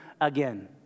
again